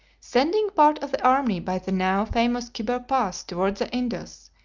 sending part of the army by the now famous kyber pass toward the indus,